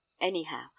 anyhow